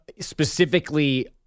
specifically